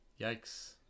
Yikes